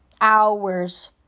hours